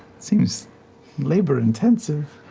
seems labor intensive.